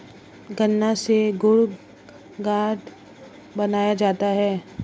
गन्ना से गुड़ खांड बनाया जाता है